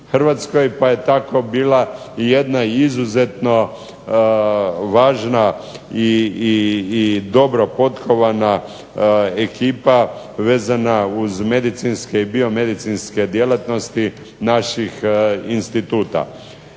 pa je tako bila jedna izuzetno važna i dobro potkovana ekipa vezana uz medicinske i biomedicinske djelatnosti naših instituta.